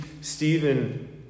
Stephen